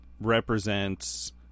represents